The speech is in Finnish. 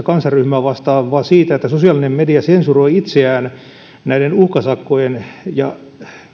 kansanryhmää vastaan vaan siitä että sosiaalinen media sensuroi itseään näiden uhkasakkojen ja